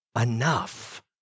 enough